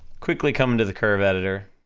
quickly come to the curve editor,